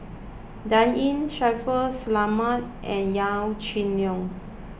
Dan Ying Shaffiq Selamat and Yaw Shin Leong